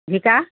জিকা